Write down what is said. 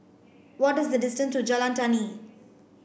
what is the distance to Jalan Tani